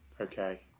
okay